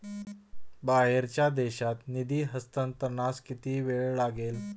बाहेरच्या देशात निधी हस्तांतरणास किती वेळ लागेल?